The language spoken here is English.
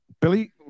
Billy